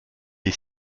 est